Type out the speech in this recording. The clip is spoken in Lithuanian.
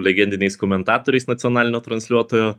legendiniais komentatoriais nacionalinio transliuotojo